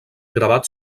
gravat